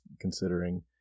considering